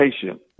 patient